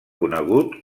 conegut